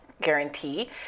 guarantee